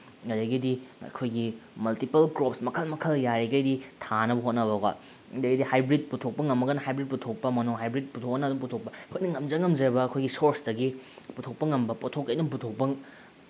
ꯑꯗꯒꯤꯗꯤ ꯑꯩꯈꯣꯏꯒꯤ multiple crops ꯃꯈꯜ ꯃꯈꯜ ꯌꯥꯔꯤꯈꯩꯗꯤ ꯊꯥꯅꯕ ꯍꯣꯠꯅꯕꯀꯣ ꯑꯗꯩꯗꯤ ꯍꯥꯏꯕ꯭ꯔꯤꯠ ꯄꯨꯊꯣꯛꯄ ꯉꯝꯃꯒꯅ ꯍꯥꯏꯕ꯭ꯔꯤꯠ ꯄꯨꯊꯣꯛꯄ ꯃꯣꯅꯣ ꯍꯥꯏꯕ꯭ꯔꯤꯠ ꯄꯨꯊꯣꯛꯑꯒꯅ ꯑꯗꯨꯝ ꯄꯨꯊꯣꯛꯄ ꯑꯩꯈꯣꯏꯅ ꯉꯝꯖ ꯉꯝꯖꯕ ꯑꯩꯈꯣꯏꯒꯤ ꯁꯣꯔꯁꯇꯒꯤ ꯄꯨꯊꯣꯛꯄ ꯉꯝꯕ ꯄꯣꯊꯣꯛꯈꯩ ꯑꯗꯨꯝ ꯄꯨꯊꯣꯛꯄ